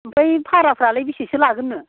आमफ्राय भाह्राफ्रालाय बेसेसो लागोननो